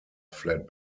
fled